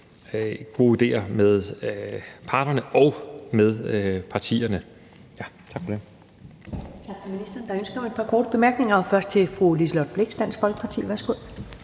gode idéer med parterne og med partierne. Tak for det.